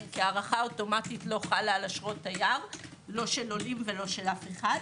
כי הארכה אוטומטית לא חלה על אשרות תייר לא של עולים ולא של אף אחד,